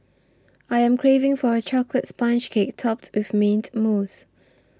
I am craving for a Chocolate Sponge Cake Topped with Mint Mousse